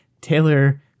Taylor